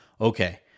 okay